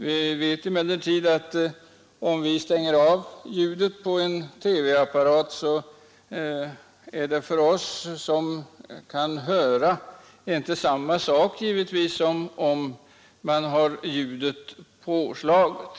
Vi vet emellertid att om vi som hör stänger av ljudet i TV-apparaten, så blir utbytet av programmet inte detsamma som om ljudet är påslaget.